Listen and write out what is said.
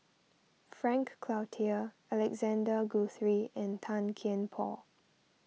Frank Cloutier Alexander Guthrie and Tan Kian Por